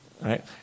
right